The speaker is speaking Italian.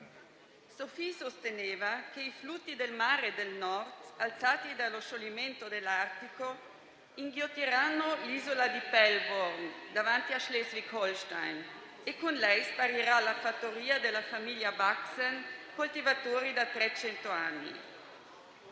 Sophie sosteneva che i flutti del Mare del Nord, alzati dallo scioglimento dell'Artico, inghiottiranno l'isola di Pellworm, davanti a Schleswig-Holstein, e con lei sparirà la fattoria della famiglia Baxen, coltivatori da trecento